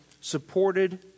supported